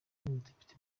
umudepite